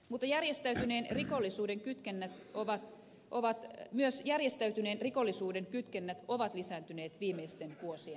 mutta järjestäytyneen rikollisuuden kytkennät ovat kovat myös järjestäytyneen rikollisuuden kytkennät ovat lisääntyneet viimeisten vuosien aikana